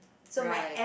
right